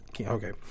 Okay